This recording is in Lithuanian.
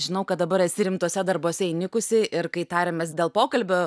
žinau kad dabar esi rimtuose darbuose įnikusi ir kai tariamės dėl pokalbio